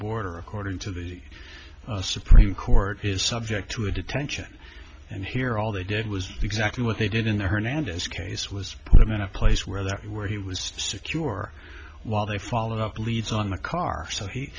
border according to the supreme court is subject to a detention and here all they did was exactly what they did in the hernandez case was that in a place where that's where he was secure while they followed up leads on the car so he